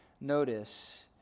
notice